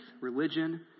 religion